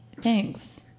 Thanks